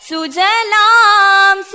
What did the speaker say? Sujalam